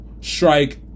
strike